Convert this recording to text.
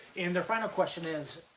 and the final question is,